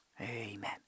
amen